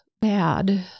bad